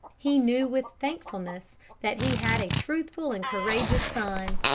he knew with thankfulness that he had a truthful and courageous son.